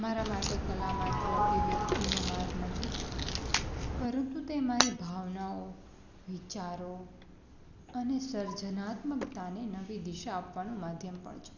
મારા માટે કલા માત્ર અભિવ્યક્તિનો માર્ગ નથી પરંતુ તે મારી ભાવનાઓ વિચારો અને સર્જનાત્મકતાને નવી દિશા આપવાનું મધ્યમ પણ છે